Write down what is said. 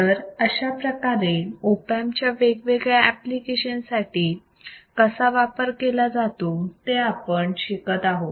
तर अशाप्रकारे op amp चा वेगवेगळ्या एप्लिकेशन्स साठी कसा वापर केला जातो ते आपण शिकत आहोत